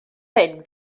hyn